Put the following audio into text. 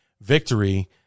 victory